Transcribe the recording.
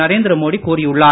நரேந்திர மோடி கூறியுள்ளார்